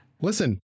listen